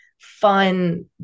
fun